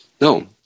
no